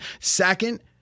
Second